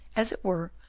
as it were,